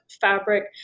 fabric